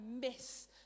miss